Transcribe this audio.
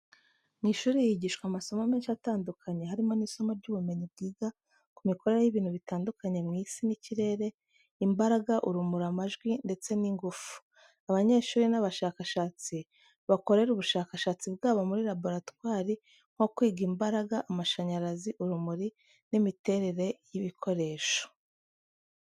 Mu ishuri higishwa amasomo menshi atandukanye harimo n'isomo ry'ubumenyi bwiga ku mikorere y'ibintu bitandukanye mu isi n'ikirere, imbaraga, urumuri, amajwi, ndetse n'ingufu. Abanyeshuri n'abashakashatsi bakorera ubushakashatsi bwabo muri laboratwari nko kwiga imbaraga, amashanyarazi, urumuri n'imiterere y'ibikoresho.